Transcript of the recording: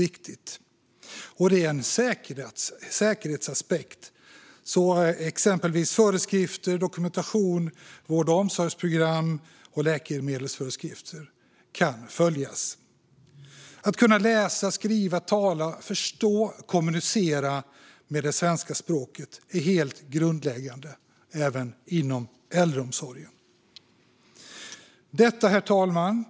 Det är en säkerhetsaspekt så att exempelvis föreskrifter, dokumentation, vård och omsorgsprogram och läkemedelsföreskrifter kan följas. Att personalen kan läsa, skriva, tala, förstå och kommunicera med det svenska språket är helt grundläggande inom äldreomsorgen. Herr talman!